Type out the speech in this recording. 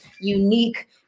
unique